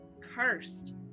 cursed